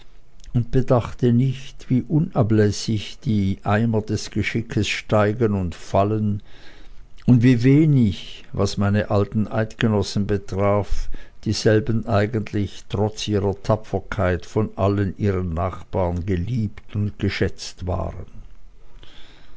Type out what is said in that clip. und bedachte nicht wie unablässig die eimer des geschickes steigen und fallen und wie wenig was meine alten eidgenossen betraf dieselben eigentlich trotz ihrer tapferkeit von allen ihren nachbaren geliebt und geschätzt waren